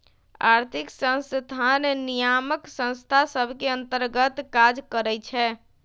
आर्थिक संस्थान नियामक संस्था सभ के अंतर्गत काज करइ छै